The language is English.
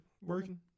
working